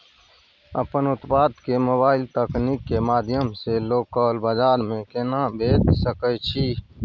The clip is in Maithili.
अपन उत्पाद के मोबाइल तकनीक के माध्यम से लोकल बाजार में केना बेच सकै छी?